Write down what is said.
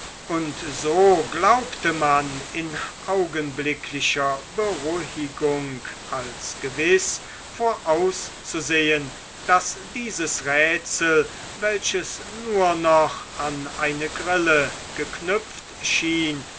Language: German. und so glaubte man in augenblicklicher beruhigung als gewiß vorauszusehen daß dieses rätsel welches nur noch an eine grille geknüpft schien